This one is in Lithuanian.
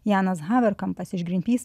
janas haverkampas iš grynpys